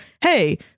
hey